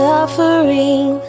Suffering